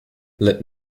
let